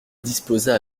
disposa